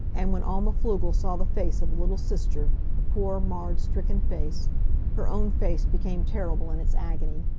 and when alma pflugel saw the face of the little sister the poor, marred, stricken face her own face became terrible in its agony.